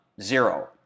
Zero